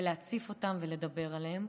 להציף אותם ולדבר עליהם.